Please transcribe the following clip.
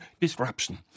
disruption